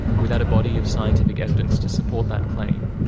without a body of scientific evidence to support that claim,